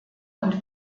und